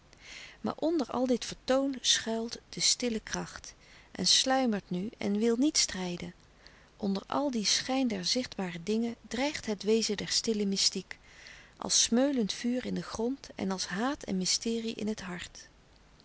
maar onder al dit vertoon schuilt de stille kracht en sluimert nu en wil niet strijden onder al dien schijn der zichtbare dingen dreigt het wezen der stille mystiek als smeulend vuur in den grond en als haat en mysterie in het hart